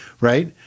right